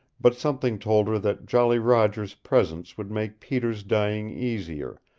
but something told her that jolly roger's presence would make peter's dying easier,